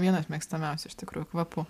vienas mėgstamiausių iš tikrųjų kvapų